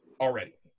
already